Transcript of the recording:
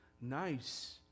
nice